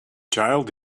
child